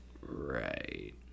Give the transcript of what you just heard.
Right